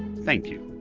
thank you.